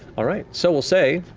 all right, so we'll say,